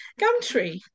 Gumtree